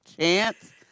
chance